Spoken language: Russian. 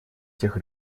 тех